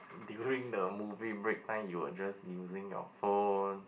and during the movie break time you'll just using your phone